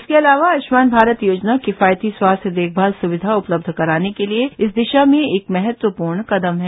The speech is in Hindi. इसके अलावा आयुष्मान भारत योजना किफायती स्वास्थ्य देखभाल सुविधा उपलब्ध कराने के लिए इस दिशा में एक महत्वपूर्ण कदम है